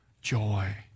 Joy